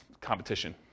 competition